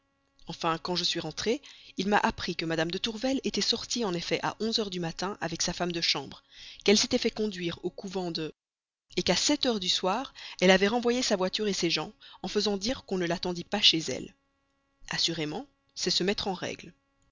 enfin quand je suis rentré il m'a appris que mme de tourvel était sortie en effet à onze heures du matin avec sa femme de chambre qu'elle s'était fait conduire au couvent de qu'à sept heures du soir elle avait renvoyé sa voiture ses gens en faisant dire qu'on ne l'attende pas chez elle assurément c'est se mettre en règle